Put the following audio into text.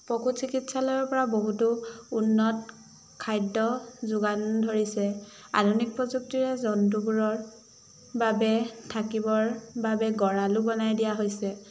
পশু চিকিৎসালয়ৰ পৰা বহুতো উন্নত খাদ্য যোগান ধৰিছে আধুনিক প্ৰযুক্তিৰে জন্তুবোৰৰ বাবে থাকিবৰ বাবে গঁৰালো বনাই দিয়া হৈছে